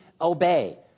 obey